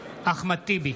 נגד אחמד טיבי,